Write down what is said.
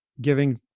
giving